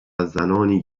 زنانی